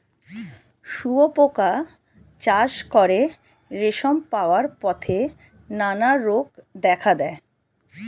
শুঁয়োপোকা চাষ করে রেশম পাওয়ার পথে নানা রোগ দেখা দেয়